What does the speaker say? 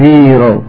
Zero